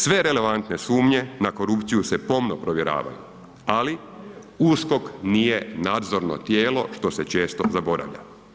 Sve relevantne sumnje na korupciju se pomno provjeravaju, ali USKOK nije nadzorno tijelo što se često zaboravlja.